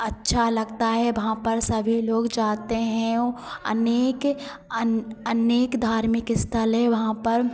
अच्छा लगता है वहाँ पर सभी लोग जाते हैं अनेक अन अनेक धार्मिक अस्थल हैं वहाँ पर